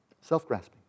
Self-grasping